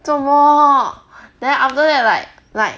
做么 then after that like like